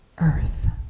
Earth